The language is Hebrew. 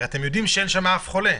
הרי אתם יודעים שאין שם אף חולה.